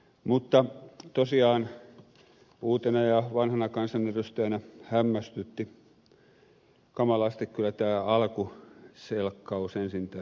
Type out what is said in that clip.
mutta tosiaan uutena ja vanhana kansanedustajana hämmästytti kamalasti kyllä tämä alkuselkkaus ensin tässä